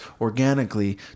organically